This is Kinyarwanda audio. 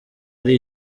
ari